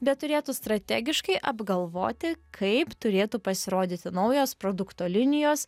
bet turėtų strategiškai apgalvoti kaip turėtų pasirodyti naujos produkto linijos